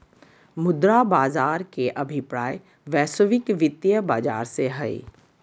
मुद्रा बाज़ार के अभिप्राय वैश्विक वित्तीय बाज़ार से हइ